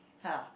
!huh!